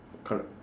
colour